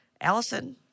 Allison